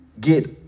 get